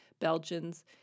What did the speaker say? Belgians